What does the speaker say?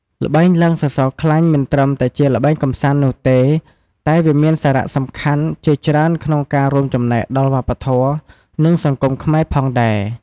ល្បែងឡើងសសរខ្លាញ់មិនត្រឹមតែជាល្បែងកម្សាន្តនោះទេ តែវាមានសារៈសំខាន់ជាច្រើនក្នុងការរួមចំណែកដល់វប្បធម៌ និងសង្គមខ្មែរផងដែរ។